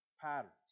Patterns